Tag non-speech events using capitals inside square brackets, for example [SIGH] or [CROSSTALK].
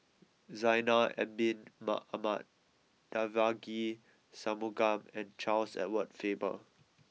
Zainal Abidin [NOISE] Ahmad Devagi Sanmugam and Charles Edward Faber